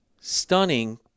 stunning